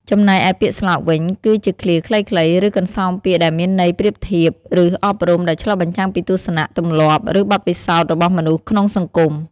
ចំណែកឯពាក្យស្លោកវិញ គឺជាឃ្លាខ្លីៗ ឬកន្សោមពាក្យដែលមានន័យប្រៀបធៀប ឬអប់រំ ដែលឆ្លុះបញ្ចាំងពីទស្សនៈ ទម្លាប់ ឬបទពិសោធន៍របស់មនុស្សក្នុងសង្គម។